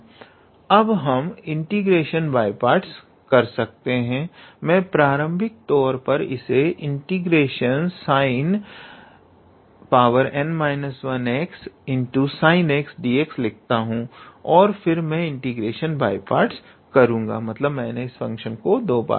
अब हम integration by parts कर सकते हैं मैं प्राथमिक तौर पर इसे ∫ 𝑠𝑖𝑛𝑛−1𝑥𝑠𝑖𝑛𝑥dx लिखता हूं और फिर मैं इंटीग्रेशन बाय पार्ट्स करूंगा